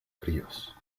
fríos